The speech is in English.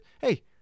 Hey